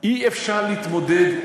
אי-אפשר להתמודד,